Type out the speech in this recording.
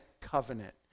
covenant